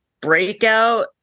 breakout